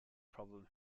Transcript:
problem